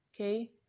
okay